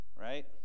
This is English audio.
right